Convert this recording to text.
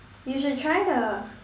you should try the